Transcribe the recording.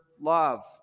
love